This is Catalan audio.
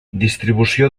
distribució